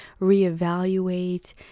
reevaluate